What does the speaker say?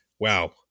wow